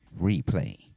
replay